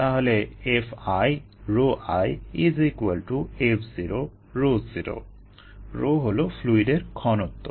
তাহলে 𝐹𝑖 𝜌𝑖 𝐹0 𝜌0 𝜌 হলো ফ্লুইডের ঘনত্ব